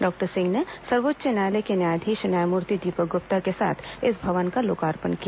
doctor सिंह ने सर्वोच्च न्यायालय के न्यायाधीश न्यायमूर्ति दीपक गुप्ता के साथ इस भवन का लोकार्पण किया